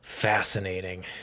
Fascinating